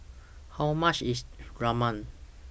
How much IS Rajma